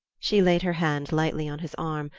she laid her hand lightly on his arm,